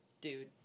dude